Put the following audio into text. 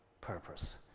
purpose